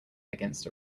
against